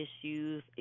issues